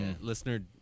Listener